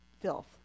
filth